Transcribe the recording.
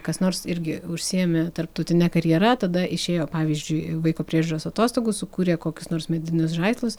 kas nors irgi užsiėmė tarptautine karjera tada išėjo pavyzdžiui vaiko priežiūros atostogų sukūrė kokius nors medinius žaislus